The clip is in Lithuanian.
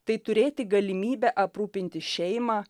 tai turėti galimybę aprūpinti šeimą